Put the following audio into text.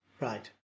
Right